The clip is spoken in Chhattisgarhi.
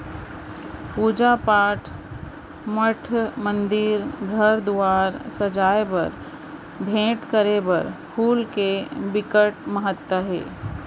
पूजा पाठ, मठ मंदिर, घर दुवार सजाए बर, भेंट करे बर फूल के बिकट महत्ता हे